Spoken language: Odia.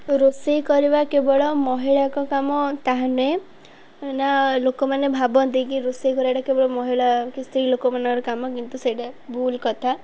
ରୋଷେଇ କରିବା କେବଳ ମହିଳାଙ୍କ କାମ ତାହା ନୁହେଁ ନା ଲୋକମାନେ ଭାବନ୍ତି କି ରୋଷେଇ କରିବାଟା କେବଳ ମହିଳା କି ସ୍ତ୍ରୀ ଲୋକମାନଙ୍କର କାମ କିନ୍ତୁ ସେଇଟା ଭୁଲ କଥା